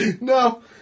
no